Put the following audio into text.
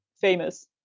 famous